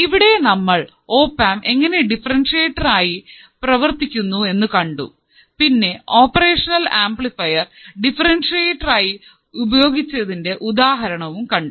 ഇവിടെ നമ്മൾ ഓപ്ആംപ് എങ്ങനെ ഡിഫറെൻഷ്യറ്റർ ആയി പ്രവർത്തിക്കുന്നു എന്നു കണ്ടു പിന്നെ ഓപ്പറേഷനൽ ആംപ്ലിഫൈർ ഡിഫറെൻഷ്യറ്റർ ആയി ഉപയോഗിച്ചതിന്റെ ഉദാഹരണം കണ്ടു